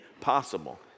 possible